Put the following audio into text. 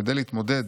"כדי להתמודד